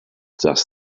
just